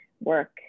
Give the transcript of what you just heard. work